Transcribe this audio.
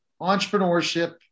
entrepreneurship